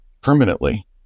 permanently